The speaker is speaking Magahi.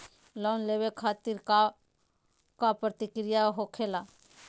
लोन लेवे खातिर का का प्रक्रिया होखेला?